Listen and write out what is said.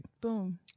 boom